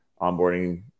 onboarding